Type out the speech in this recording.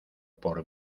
por